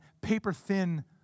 paper-thin